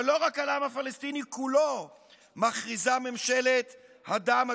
אבל לא רק על העם הפלסטיני כולו מכריזה ממשלת הדם,